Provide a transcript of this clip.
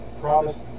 promised